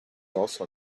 also